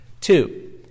Two